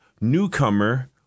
newcomer